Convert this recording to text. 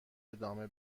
ادامه